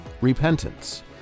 repentance